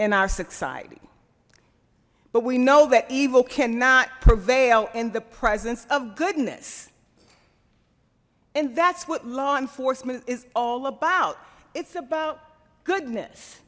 in our society but we know that evil cannot prevail in the presence of goodness and that's what law enforcement is all about it's about goodness